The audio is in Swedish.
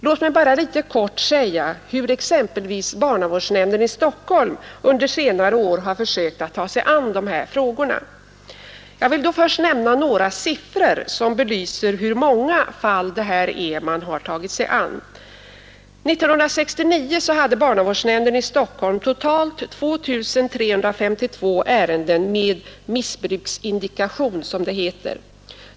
Låt mig kort få redogöra för hur barnavårdsnämnden i Stockholm under senare år har sökt ta sig an dessa frågor. Jag vill då först nämna några siffror som belyser hur många fall det gäller. År 1969 hade barnavårdsnämnden i Stockholm totalt 2 352 ärenden med missbruksindikation, som det heter.